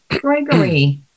Gregory